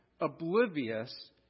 oblivious